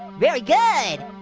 very good!